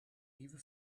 nieuwe